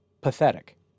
pathetic